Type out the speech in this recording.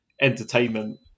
entertainment